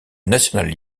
national